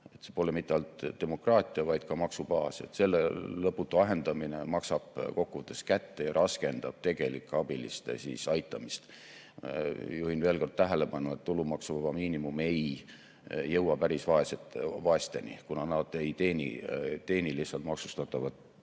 mitte ainult demokraatia, vaid ka maksubaasiga. Selle lõputu ahendamine maksab kokkuvõttes kätte ja raskendab tegelike [abivajajate] aitamist. Juhin veel kord tähelepanu, et tulumaksuvaba miinimum ei jõua päris vaesteni, kuna nad lihtsalt ei teeni maksustatava